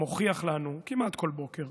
כמעט כל בוקר,